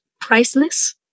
priceless